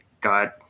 got